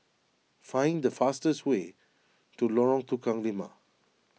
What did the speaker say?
find the fastest way to Lorong Tukang Lima